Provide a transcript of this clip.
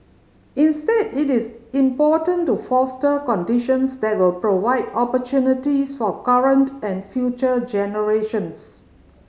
instead it is important to foster conditions that will provide opportunities for current and future generations